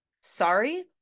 sorry